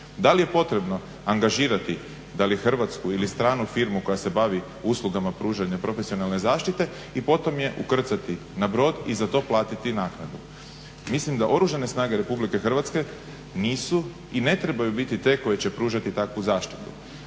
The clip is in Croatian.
da li je potrebno angažirati da li hrvatsku ili stranu firmu koja se bavi uslugama pružanja profesionalne zaštite i potom je ukrcati na brod i za to platiti naknadu. Mislim da Oružane snage RH nisu i ne trebaju biti te koje će pružati takvu zaštitu.